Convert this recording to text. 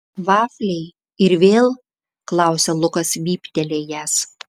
vafliai ir vėl klausia lukas vyptelėjęs